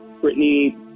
Brittany